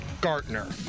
Gartner